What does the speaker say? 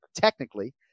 technically